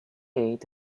ate